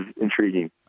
intriguing